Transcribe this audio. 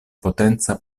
potenca